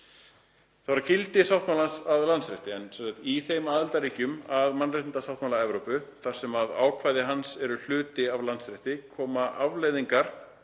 það gildi sáttmálans að Landsrétti: „Í þeim aðildarríkjum að mannréttindasáttmála Evrópu, þar sem ákvæði hans eru hluti af landsrétti, koma afleiðingarnar